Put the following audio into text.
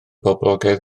boblogaidd